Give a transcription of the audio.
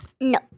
No